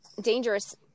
dangerous